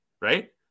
right